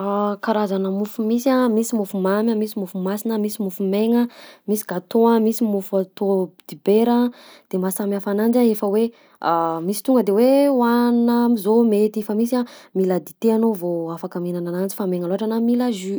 Karazana mofo misy a: misy mofo mamy a, misy mofo masina, misy mofo maigna, misy gâteau a, misy mofo atao dibera; de mahasamy hafa ananjy a efa hoe misy tonga de hohanina am'zao mety, fa misy a mila dite anao vao afaka mihinana ananjy fa maigna loatra na mila jus.